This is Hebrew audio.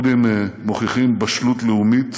הכורדים מוכיחים בשלות לאומית